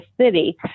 city